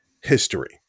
history